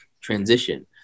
transition